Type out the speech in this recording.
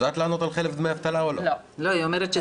האם את יודעת לענות על חלף דמי אבטלה או לא?